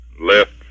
left